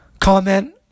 comment